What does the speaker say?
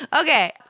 Okay